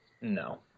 No